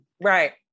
Right